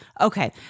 Okay